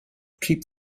keep